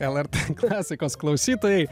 lrt klasikos klausytojai